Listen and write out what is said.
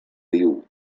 diu